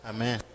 Amen